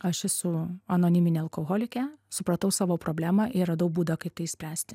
aš esu anoniminė alkoholikė supratau savo problemą ir radau būdą kaip tai spręsti